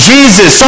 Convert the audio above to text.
Jesus